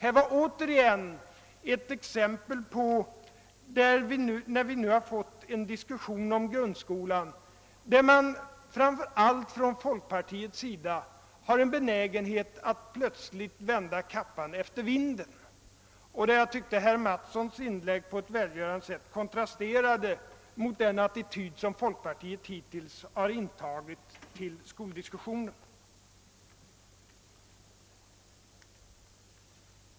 Här är återigen ett exempel på att man, framför allt från folkpartiets sida, har en benägenhet att plötsligt vända kappan efter vinden när vi nu har fått en diskussion om grundskolan. Herr Mattssons inlägg däremot kontrasterade på ett välgörande sätt mot den attityd som folkpartiet hittills har intagit i skoldiskussionen.